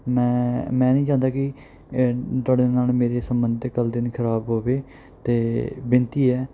ਮੈਂ ਮੈਂ ਨਹੀਂ ਚਾਹੁੰਦਾ ਕਿ ਤੁਹਾਡੇ ਨਾਲ ਮੇਰੇ ਸੰਬੰਧ ਕੱਲ੍ਹ ਦਿਨ ਖਰਾਬ ਹੋਵੇ ਅਤੇ ਬੇਨਤੀ ਹੈ